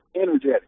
energetic